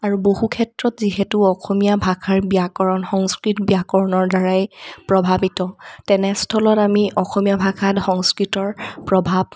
আৰু বহু ক্ষেত্ৰত যিহেতু অসমীয়া ভাষাৰ ব্যাকৰণ সংস্কৃত ব্যাকৰণৰ দ্বাৰাই প্ৰভাৱিত তেনেস্থলত আমি অসমীয়া ভাষাত সংস্কৃতৰ প্ৰভাৱ